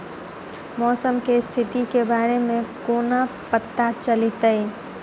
मौसम केँ स्थिति केँ बारे मे कोना पत्ता चलितै?